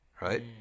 Right